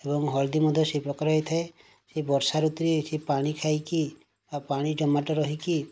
ଏବଂ ହଳଦୀ ମଧ୍ୟ ସେହି ପ୍ରକାର ହେଇଥାଏ ଏହି ବର୍ଷା ଋତୁରେ ସେ ପାଣି ଖାଇକି ଆଉ ପାଣି ଜମାଟ ରହିକି